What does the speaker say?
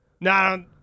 No